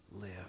live